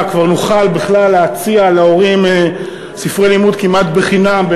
כבר נוכל בכלל להציע להורים ספרי לימוד כמעט חינם,